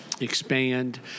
expand